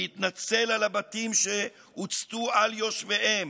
להתנצל על הבתים שהוצתו על יושביהם,